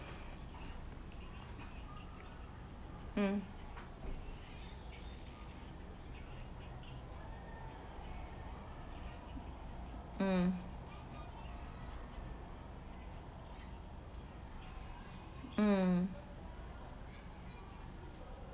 um um um